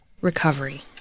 recovery